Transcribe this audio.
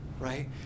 right